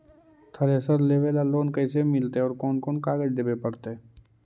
Thresher लेबे ल loan कैसे मिलतइ और कोन कोन कागज देबे पड़तै?